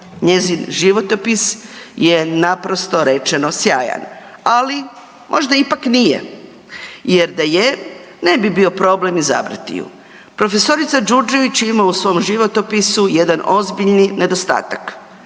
Njezin životopis je naprosto rečeno sjajan, ali možda ipak nije jer da je ne bi bio problem izabrati ju. Profesorica Đurđević ima u svom životopisu jedna ozbiljni nedostatak,